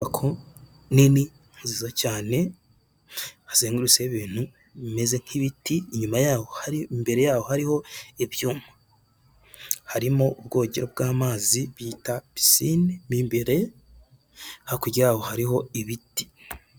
Inyubako nini nziza cyane hazengururutseho ibintu bimeze nk'ibiti inyuma yaho hari imbere yaho hariho ibyuma, harimo ubwogero bw'amazi bita pisine mu imbere, hakurya yaho hariho ibiti.